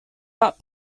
but